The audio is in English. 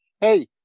hey